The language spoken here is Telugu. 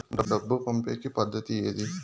డబ్బు పంపేకి పద్దతి ఏది